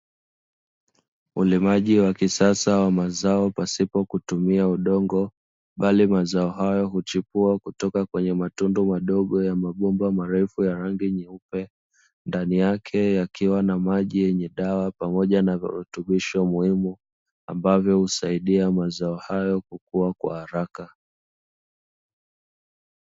Ulimaji wa kisasa wa mazao pasipo kutumia udongo, bali mazao hayo huchipua kutoka kwenye matundu madogo ya mabomba marefu ya rangi nyeupe, ndani yake kukiwa na maji yenye dawa pamoja na virutubisho muhimu, ambavyo husaidia mazao hayo kukua kwa haraka.